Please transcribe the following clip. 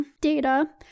data